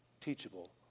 teachable